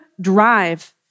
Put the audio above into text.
drive